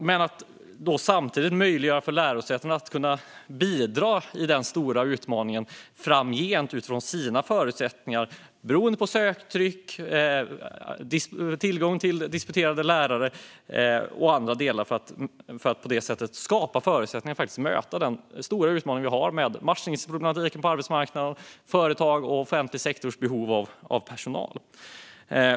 I denna stora utmaning måste lärosätena få möjlighet att bidra framgent utifrån sina förutsättningar, som beror på söktryck, tillgång till disputerade lärare och andra delar. På så vis kan man skapa förutsättningar att möta den stora utmaning vi har med matchningsproblematiken på arbetsmarknaden samt företags och offentlig sektors behov av personal.